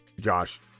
Josh